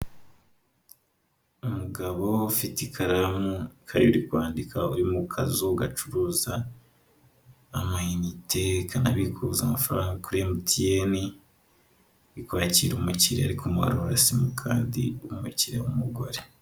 Umugabo ufite ikaramu n'ikayi uri kwandika, uri mu kazu gacuruza amayinite kanabikuza amafaranga kuri MTN, uri kwakira umukiriya ari kumubarurira simukadi, umukiriya w'umugore.